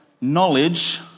knowledge